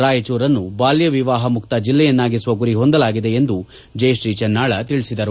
ರಾಯಚೂರನ್ನು ಬಾಲ್ಯವಿವಾಹ ಮುಕ್ತ ಜಿಲ್ಲೆಯನ್ನಾಗಿಸುವ ಗುರಿ ಹೊಂದಲಾಗಿದೆ ಎಂದು ಜಯತ್ರೀ ಚೆನ್ನಾಳ ತಿಳಿಸಿದರು